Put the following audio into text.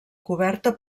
coberta